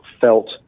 felt